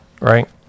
right